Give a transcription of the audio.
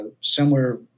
similar